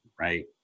right